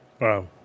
Wow